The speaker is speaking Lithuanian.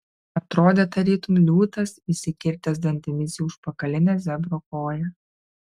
atrodė tarytum liūtas įsikirtęs dantimis į užpakalinę zebro koją